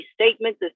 statement